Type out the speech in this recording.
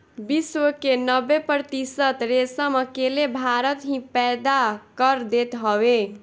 विश्व के नब्बे प्रतिशत रेशम अकेले भारत ही पैदा कर देत हवे